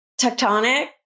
Tectonic